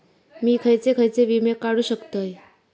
मी खयचे खयचे विमे काढू शकतय?